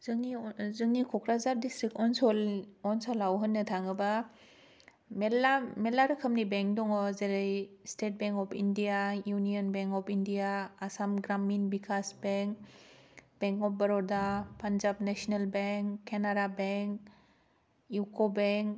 जोंनि क'क्राझार दिस्थ्रिक अनसलाव होननो थाङोबा मेरला रोखोमनि बेंक दङ जेरै State Bank of India Union Bank of India Assam Gramin Vikash bank bank of Baroda Punjab national bank Canara bank UCO bank